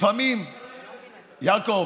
לפעמים, יעקב,